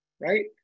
right